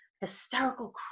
hysterical